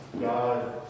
God